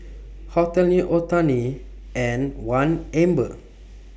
Hotel New Otani and one Amber